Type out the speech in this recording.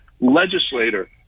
legislator